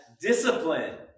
discipline